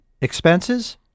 expenses